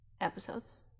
episodes